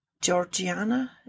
Georgiana